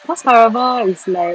cause karva is like